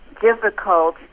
difficult